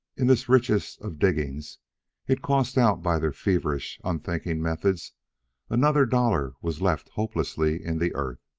in this richest of diggings it cost out by their feverish, unthinking methods another dollar was left hopelessly in the earth.